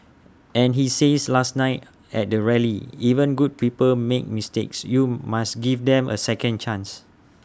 and he says last night at the rally even good people make mistakes you must give them A second chance